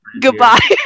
goodbye